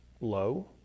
low